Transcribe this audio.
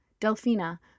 Delfina